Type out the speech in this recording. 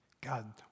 God